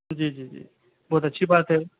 جی جی جی بہت اچھی بات ہے